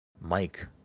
Mike